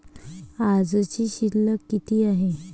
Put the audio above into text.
आजची शिल्लक किती हाय?